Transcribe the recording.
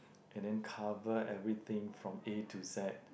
and then cover everything from A to Z